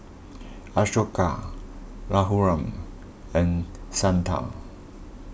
Ashoka Raghuram and Santha